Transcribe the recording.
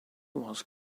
was